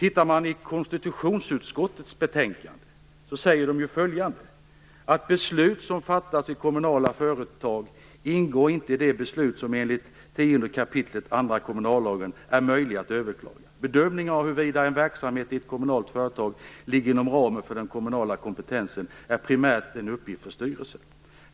I konstitutionsutskottets betänkande står det följande: Beslut som fattas i kommunala företag ingår inte i de beslut som enligt 10 kap. 2 § kommunallagen är möjliga att överklaga. Bedömningen av huruvida en verksamhet i ett kommunalt företag ligger inom ramen för den kommunala kompetensen är primärt en uppgift för styrelsen.